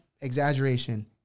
exaggeration